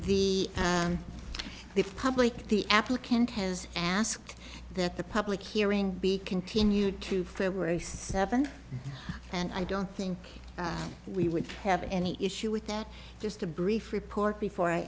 the the public the applicant has asked that the public hearing be continued through february seventh and i don't think we would have any issue with that just a brief report before i